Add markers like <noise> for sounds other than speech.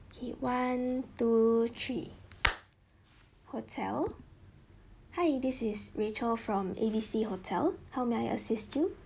k one two three <noise> hotel hi this is rachel from A B C hotel how may I assist you